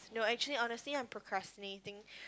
no actually honestly I'm procrastinating